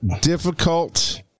Difficult